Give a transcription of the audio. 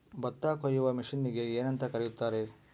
ಭತ್ತ ಕೊಯ್ಯುವ ಮಿಷನ್ನಿಗೆ ಏನಂತ ಕರೆಯುತ್ತಾರೆ?